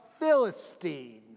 Philistine